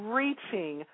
reaching